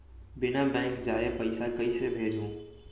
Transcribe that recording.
बिना बैंक जाये पइसा कइसे भेजहूँ?